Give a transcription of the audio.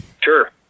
Sure